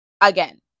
again